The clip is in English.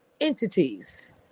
entities